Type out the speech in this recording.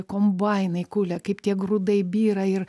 kombainai kulia kaip tie grūdai byra ir